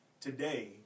Today